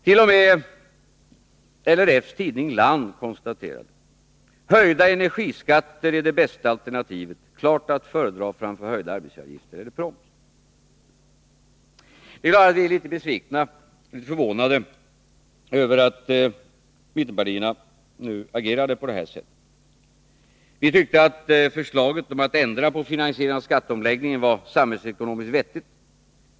T. o. m. LRF:s tidning Land konstaterade att ”höjda energiskatter är bästa alternativet, klart att föredra framför höjda arbetsgivaravgifter eller proms”. Det är klart att vi är litet besvikna och förvånade över att mittenpartierna agerade som de gjorde. Vi tyckte att förslaget att ändra finansieringen av skatteomläggningen var samhällsekonomiskt vettigt.